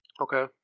okay